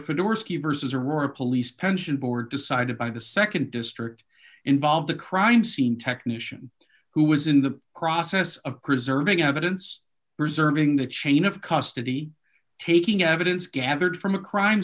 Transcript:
for dorothy versus aurora police pension board decided by the nd district involved the crime scene technician who was in the process of preserving evidence reserving the chain of custody taking evidence gathered from a crime